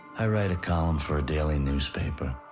i write a column for a daily newspaper.